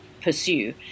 pursue –